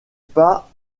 pas